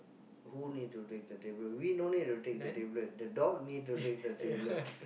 who need to take the tablet we no need to take the tablet the dog need to take the tablet